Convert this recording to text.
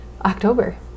October